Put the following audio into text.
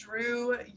drew